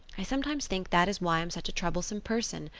i sometimes think that is why i'm such a troublesome person.